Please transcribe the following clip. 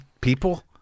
People